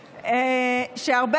המדינה, אני משוחרר?